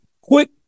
quick